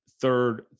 third